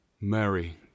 Mary